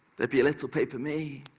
there'd be a little paper me.